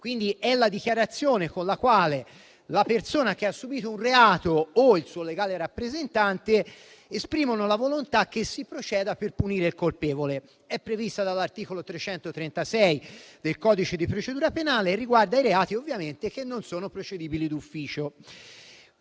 Quindi è la dichiarazione con la quale la persona che ha subito un reato o il suo legale rappresentante esprimono la volontà che si proceda per punire il colpevole. È prevista dall'articolo 336 del codice di procedura penale e riguarda ovviamente i reati che non sono procedibili d'ufficio.